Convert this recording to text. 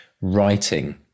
Writing